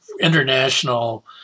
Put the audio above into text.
international